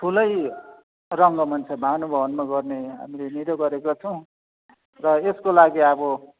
ठुलै रङ्गमञ्च भानु भवनमा गर्ने हामीले निधो गरेका छौँ र यसको लागि अब